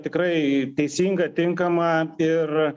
tikrai teisinga tinkama ir